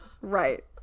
right